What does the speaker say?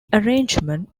arrangement